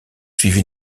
suivi